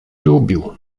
lubił